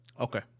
Okay